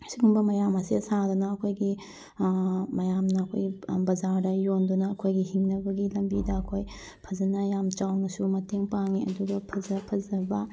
ꯑꯁꯤꯒꯨꯝꯕ ꯃꯌꯥꯝ ꯑꯁꯦ ꯁꯥꯗꯅ ꯑꯩꯈꯣꯏꯒꯤ ꯃꯌꯥꯝꯅ ꯑꯩꯈꯣꯏꯒꯤ ꯕꯖꯥꯔꯗ ꯌꯣꯟꯗꯨꯅ ꯑꯩꯈꯣꯏꯒꯤ ꯍꯤꯡꯅꯕꯒꯤ ꯂꯝꯕꯤꯗ ꯑꯩꯈꯣꯏ ꯐꯖꯅ ꯌꯥꯝ ꯆꯥꯎꯅꯁꯨ ꯃꯇꯦꯡ ꯄꯥꯡꯉꯤ ꯑꯗꯨꯒ ꯐꯖ ꯐꯖꯕ